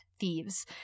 thieves